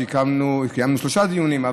קיימנו שלושה דיונים,